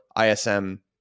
ISM